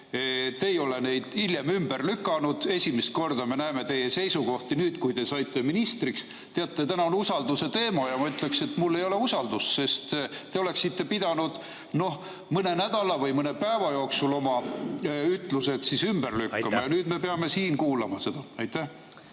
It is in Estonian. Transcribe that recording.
Te ei ole neid hiljem ümber lükanud. Esimest korda me näeme teie seisukohti nüüd, kui te saite ministriks. Teate, täna on usalduse teema ja ma ütleksin, et mul ei ole usaldust, sest te oleksite pidanud mõne nädala või mõne päeva jooksul oma [varasemad] ütlused ümber lükkama … Aitäh!